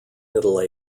middle